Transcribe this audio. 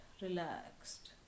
relaxed